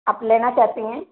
आप लेना चाहते हैं